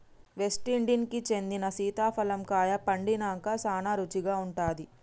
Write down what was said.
West Indies కి చెందిన సీతాఫలం కాయ పండినంక సానా రుచిగా ఉంటాది